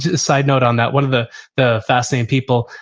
side note on that, one of the the fascinating people,